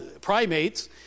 primates